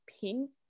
pink